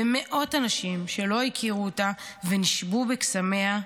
ומאות אנשים שלא הכירו אותה ונשבו בקסמיה,